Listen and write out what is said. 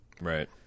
right